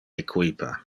equipa